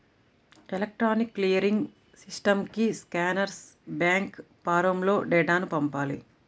electronic clearing సిస్టమ్కి sponsor bank ఫారమ్లో డేటాను పంపాలి